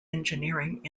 engineering